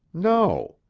no.